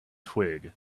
twig